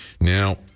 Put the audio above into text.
Now